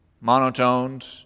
monotoned